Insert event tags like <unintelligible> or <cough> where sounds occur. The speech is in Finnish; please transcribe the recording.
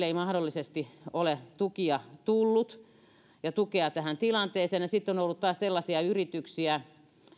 <unintelligible> ei mahdollisesti ole tukia ja tukea tähän tilanteeseen tullut ja sitten on taas ollut sellaisia yrityksiä